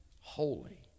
holy